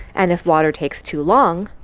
and if water takes too long,